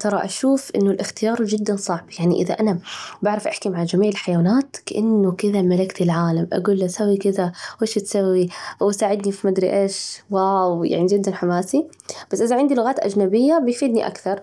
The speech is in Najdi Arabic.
ترى أشوف إنه الاختيار جداً صعب، يعني إذا أنا بعرف أحكي مع جميع الحيوانات، كأنه كده ملكت العالم أجول له سوي كذا، وش تسوي؟ وساعدني في مدري إيش، واو، يعني جداً حماسي، بس إذا عندي لغات أجنبية، بيفيدني أكثر،